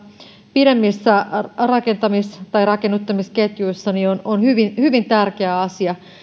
pidemmissä rakentamis tai rakennuttamisketjuissa on on hyvin hyvin tärkeä asia